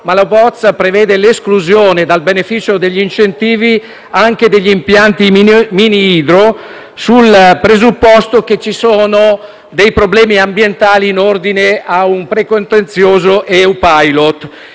ma la bozza prevede l'esclusione dal beneficio degli incentivi anche degli impianti mini-idro, sulla base del presupposto che ci sono dei problemi ambientali in ordine a un precontenzioso EU Pilot.